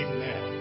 Amen